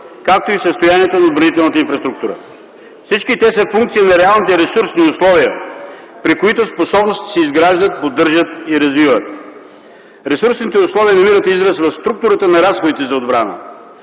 както и в състоянието на отбранителната инфраструктура. Всички те са функция на реалните ресурсни условия, при които способностите се изграждат, поддържат и развиват. Ресурсните условия намират израз в структурата на разходите за отбрана.